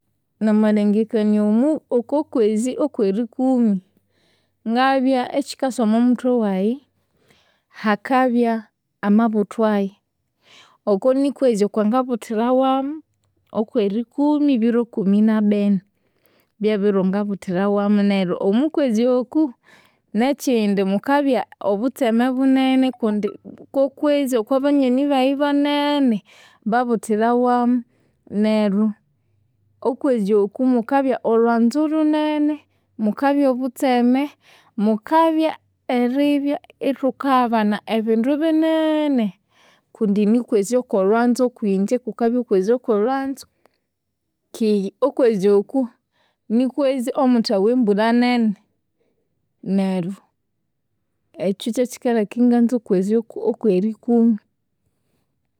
Namalengekania omu- okokwezi okwerikumi, ngabya ekyikasa omwamuthwe wayi, hakabya amabuthwayi. Oko nikwezi okwangabuthirawamu, okwerikumi ebiro ikumi nabini. Byebiro ngabuthirawamu neryo omwakwezi oku nekyindi mukabya obutseme bunene kundi kokwezi okwabanyoni bayi banene babuthirawamu neryo okwezi oku mukabya olhwanzu lhunene, mukabya obutseme, mukabya eribya ithukaghabana ebindu bineeene kundi nikwezi kwolhwanzu okwinje, kukabya kwezi okwolhwanzu. Keghe okwezi oku, nikwezi omuthawa embulha nene. Neryo ekyu kyekileka inganza okwezi oko- okwerikumi.